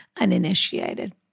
uninitiated